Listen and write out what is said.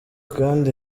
kandi